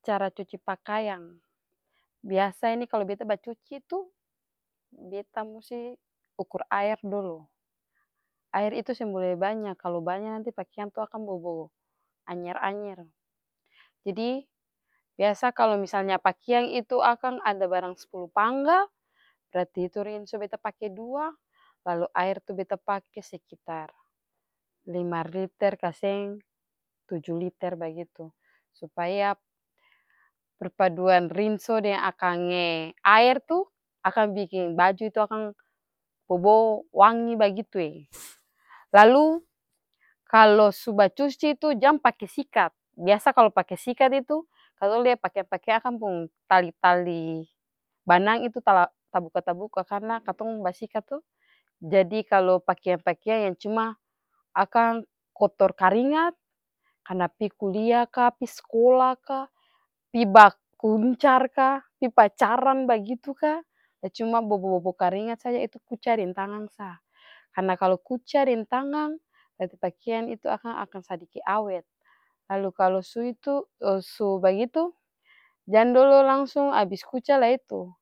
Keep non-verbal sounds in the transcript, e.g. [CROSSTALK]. Cara cuci pakaiyang. Biasa ini kalu beta bacuci tuh, beta musti ukur aer dolo, aer itu seng bole banya kalu banya nanti pakeang akang bobo anyer-anyer. Jadi biasa kalu pakiang itu ada barang sapulu panggal, berarti rinso itu beta pake dua, lalu aer itu beta pake sekitar lima liter kaseng tuju liter bagitu supaya, akange aer tuh akang biking baju tuh akang bobo wangi bagitue. [NOISE] lalu kalu su bacuci tuh jang pake sikat, biasa kalu pake sikat itu katong lia pakeang-pakeang akang pung tali-tali banang itu tala-tabuka tabuka karna katong basikat to. Jadi kalu cuma pakiang-pakiang cuma akang kotor karingat karna pi kulia ka, pi skola ka, pi bakuncar ka, pi pacaran bagitu ka, lah cum. a bobo-bobo karingat saja itu kuca deng tangang sa. Karna kalu kuca deng tangang berarti pakiang tuh akang akang sadiki awet. Lalu kalu suitu-subagitu jang dolo abis kuca lah itu,